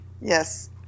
Yes